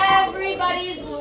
everybody's